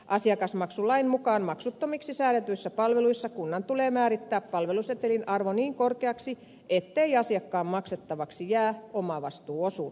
asiakasmaksulain mukaan maksuttomiksi säädetyissä palveluissa kunnan tulee määrittää palvelusetelin arvo niin korkeaksi ettei asiakkaan maksettavaksi jää omavastuuosuutta